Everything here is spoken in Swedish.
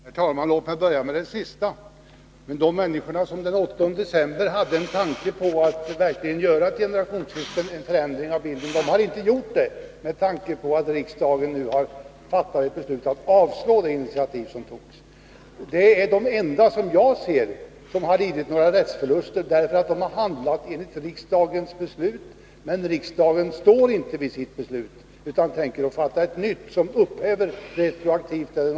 Herr talman! Låt mig börja med det sista och då nämna att de människor som den 8 december hade en tanke på att göra ett generationsskifte, alltså en förändring av ägarbilden, men inte har gjort det på grund av att riksdagen fattat beslut om att avslå det initiativ som togs, enligt min mening är de enda människor som lidit några rättsförluster. Det är därför att de handlat i enlighet med riksdagens beslut den 8 december, ett beslut som riksdagen sedan inte står fast vid utan tänker upphäva retroaktivt.